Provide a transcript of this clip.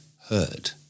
heard